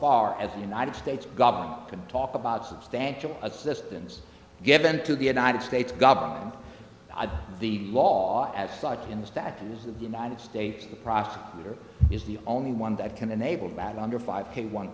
far as the united states government can talk about substantial assistance given to the united states government the law as such in the status of the united states the prosecutor is the only one that can enable bad under five